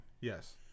Yes